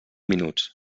minuts